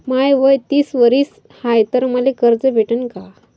माय वय तीस वरीस हाय तर मले कर्ज भेटन का?